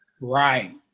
right